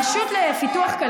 זה מה שאתם עושים.